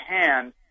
hand